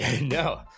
No